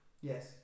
Yes